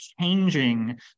changing